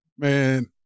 Man